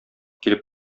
килеп